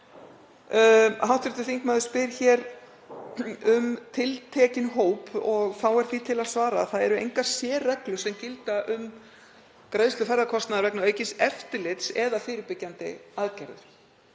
Hv. þingmaður spyr hér um tiltekinn hóp. Þá er því til að svara að það eru engar sérreglur sem gilda um greiðslu ferðakostnaðar vegna aukins eftirlits eða fyrirbyggjandi aðgerða.